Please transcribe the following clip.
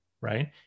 right